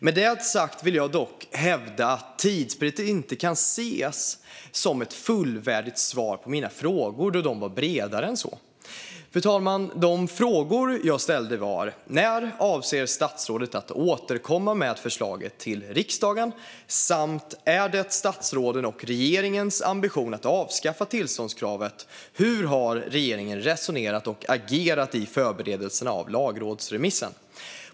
Med det sagt vill jag dock hävda att tidsbrist inte kan ses som ett fullvärdigt svar på mina frågor. De var nämligen bredare än så. Fru talman! De frågor jag ställde var: När avser statsrådet att återkomma med förslaget till riksdagen? Är det statsrådens och regeringens ambition att avskaffa tillståndskravet? Hur har regeringen resonerat och agerat i förberedelserna av lagrådsremissen?